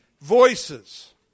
voices